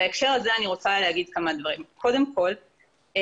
בהקשר הזה אני רוצה להגיד כמה דברים: קודם כול הממשלה